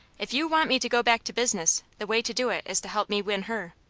if you want me to go back to business, the way to do it is to help me win her.